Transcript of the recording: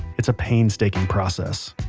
it's a painstaking process.